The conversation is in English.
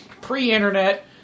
pre-internet